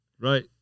Right